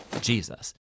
Jesus